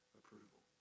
approval